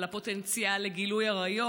על הפוטנציאל לגילוי עריות,